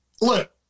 look